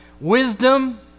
Wisdom